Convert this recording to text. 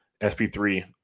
SP3